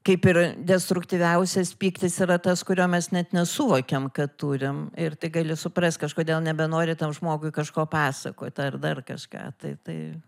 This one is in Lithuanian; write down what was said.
kaip ir destruktyviausias pyktis yra tas kurio mes net nesuvokiam kad turim ir tai gali suprast kažkodėl nebenori tam žmogui kažko pasakot ar dar kažką tai tai